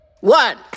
One